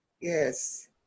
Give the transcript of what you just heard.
Yes